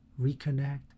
reconnect